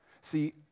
See